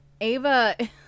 Ava